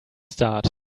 start